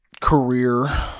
career